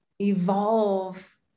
evolve